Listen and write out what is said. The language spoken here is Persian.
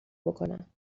بکنم